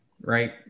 right